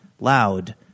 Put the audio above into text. loud